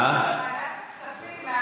ועדת הכספים,